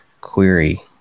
query